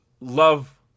love